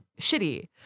shitty